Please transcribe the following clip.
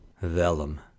Vellum